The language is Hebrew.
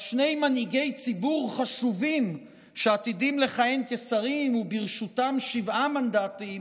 אז שני מנהיגי ציבור חשובים שעתידים לכהן כשרים וברשותם שבעה מנדטים,